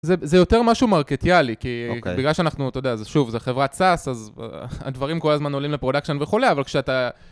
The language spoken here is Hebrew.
זה יותר משהו מרקטיאלי, כי בגלל שאנחנו, אתה יודע, שוב, זו חברת SAS אז הדברים כל הזמן עולים לפרודקשן וכולי, אבל כשאתה...